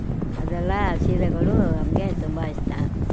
ಅದೆಲ್ಲ ಸೀರೆಗಳು ನಮಗೆ ತುಂಬ ಇಷ್ಟ